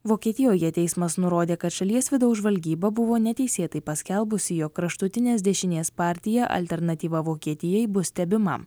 vokietijoje teismas nurodė kad šalies vidaus žvalgyba buvo neteisėtai paskelbusi jog kraštutinės dešinės partija alternatyva vokietijai bus stebima